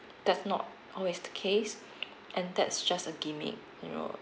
that's not always the case and that's just a gimmick you know